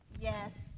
Yes